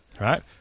right